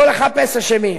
לא לחפש אשמים.